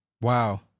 Wow